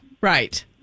right